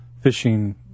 fishing